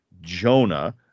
Jonah